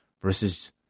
versus